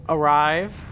Arrive